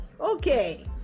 Okay